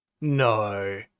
No